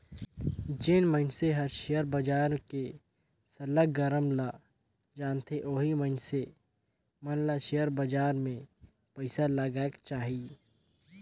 जेन मइनसे हर सेयर बजार के सरलग मरम ल जानथे ओही मइनसे मन ल सेयर बजार में पइसा लगाएक चाही